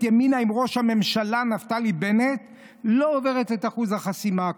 ימינה עם ראש הממשלה נפתלי בנט לא עוברת את אחוז החסימה.